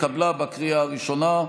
התקבלה בקריאה הראשונה,